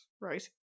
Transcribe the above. Right